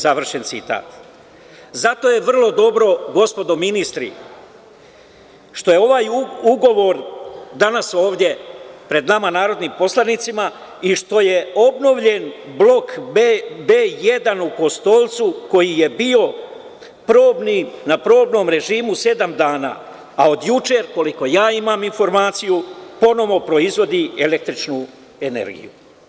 Zato je vrlo dobro, gospodo ministri, što je ovaj ugovor danas ovde pred nama, narodnim poslanicima, i što je obnovljen Blok B1 u Kostolcu, koji je bio na probnom režimu sedam dana, a od juče, koliko ja imam informaciju, ponovo proizvodi električnu energiju.